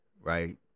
right